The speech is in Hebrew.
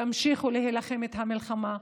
תמשיכו להילחם את המלחמה.